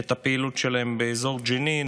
את הפעילות שלהם באזור ג'נין,